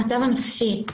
המצב הנפשי,